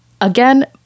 again